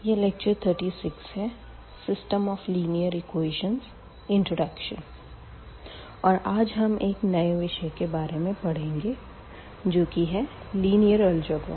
यह लेक्चर 36 है और आज हम एक नये विषय के बारे पढ़ेंगे जो कि है लिनीयर अल्ज़ेबरा